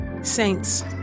Saints